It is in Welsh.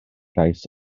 gais